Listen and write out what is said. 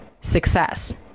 success